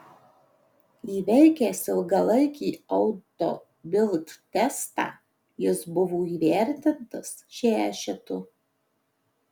įveikęs ilgalaikį auto bild testą jis buvo įvertintas šešetu